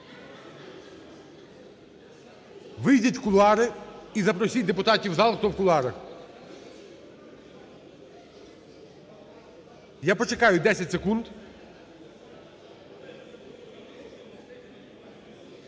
Вийдіть у кулуари і запросіть депутатів, хто в кулуарах, я почекаю 10 секунд…